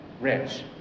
rich